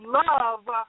love